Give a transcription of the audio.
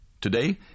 Today